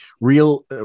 Real